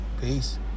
peace